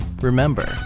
Remember